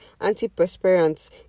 antiperspirants